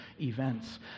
events